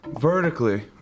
vertically